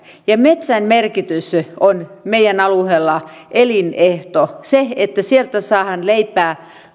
ja metsän merkitys on meidän alueella elinehto sieltä saadaan leipää